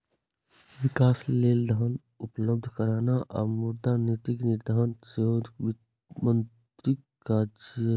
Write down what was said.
विकास लेल धन उपलब्ध कराना आ मुद्रा नीतिक निर्धारण सेहो वित्त मंत्रीक काज छियै